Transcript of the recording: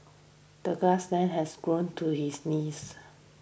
the grass has grown to his knees